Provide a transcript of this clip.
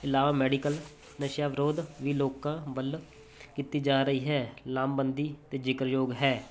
ਇਲਾਵਾ ਮੈਡੀਕਲ ਨਸ਼ਿਆਂ ਵਿਰੋਧ ਵੀ ਲੋਕਾਂ ਵੱਲ ਕੀਤੀ ਜਾ ਰਹੀ ਹੈ ਲਾਮਬੰਦੀ 'ਤੇ ਜਿਕਰਯੋਗ ਹੈ